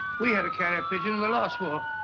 we had a carrier pigeon in the last war.